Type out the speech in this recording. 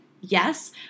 Yes